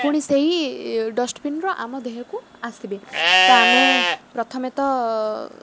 ପୁଣି ସେଇ ଡଷ୍ଟବିନ୍ରୁ ଆମ ଦେହକୁ ଆସିବେ ତ ଆମେ ପ୍ରଥମେ ତ